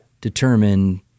determine